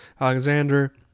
Alexander